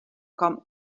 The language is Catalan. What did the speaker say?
com